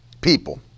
people